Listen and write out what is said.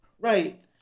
Right